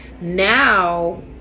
now